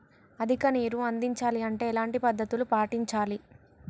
అధిక నీరు అందించాలి అంటే ఎలాంటి పద్ధతులు పాటించాలి?